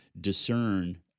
discern